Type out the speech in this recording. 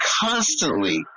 constantly